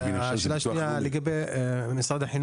ואליד אל הואשלה (רע"מ,